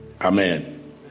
Amen